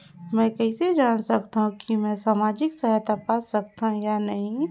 मै कइसे जान सकथव कि मैं समाजिक सहायता पा सकथव या नहीं?